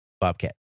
Bobcat